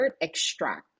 extract